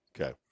Okay